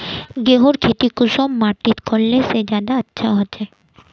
गेहूँर खेती कुंसम माटित करले से ज्यादा अच्छा हाचे?